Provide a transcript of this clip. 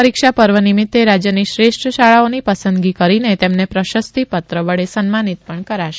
પરીક્ષા પર્વ નિમિત્તે રાજ્યની શ્રેષ્ઠ શાળાઓની પસંદગી કરીને તેમને પ્રશસ્તિ પત્ર વડે સન્માનિત પણ કરાશે